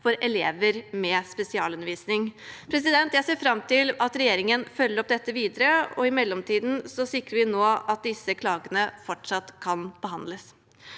for elever med spesialundervisning. Jeg ser fram til at regjeringen følger opp dette videre. I mellomtiden sikrer vi nå at disse klagene fortsatt kan behandles.